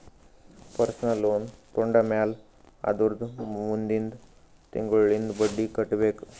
personal loan ತೊಂಡಮ್ಯಾಲ್ ಅದುರ್ದ ಮುಂದಿಂದ್ ತಿಂಗುಳ್ಲಿಂದ್ ಬಡ್ಡಿ ಕಟ್ಬೇಕ್